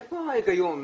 איפה ההיגיון?